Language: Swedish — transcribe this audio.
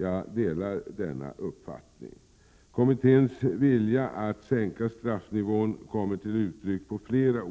Jag delar denna uppfattning. Kommitténs vilja att sänka straffnivån kommer till uttryck på flera